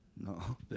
no